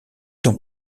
dans